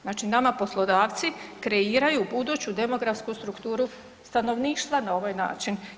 Znači nama poslodavci kreiraju buduću demografsku strukturu stanovništva na ovaj način.